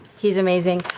he's amazing.